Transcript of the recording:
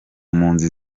mpunzi